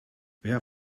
wer